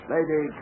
Lady